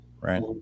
Right